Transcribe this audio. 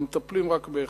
ואנחנו מטפלים רק באחד.